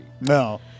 No